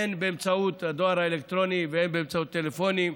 הן באמצעות הדואר האלקטרוני והן באמצעות טלפונים,